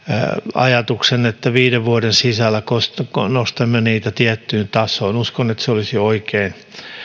ajatuksen että viiden vuoden sisällä nostamme niitä tiettyyn tasoon uskon että se olisi oikein